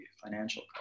financial